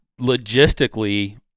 logistically